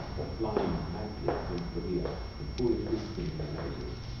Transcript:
or flying madly against the weir and foolishly skinning their noses.